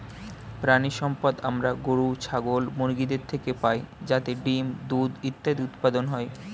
প্রাণিসম্পদ আমরা গরু, ছাগল, মুরগিদের থেকে পাই যাতে ডিম্, দুধ ইত্যাদি উৎপাদন হয়